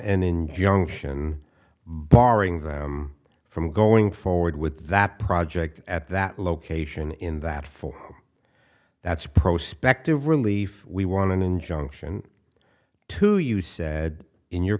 an injunction barring them from going forward with that project at that location in that form that's prospect of relief we want an injunction to you said in your